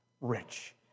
rich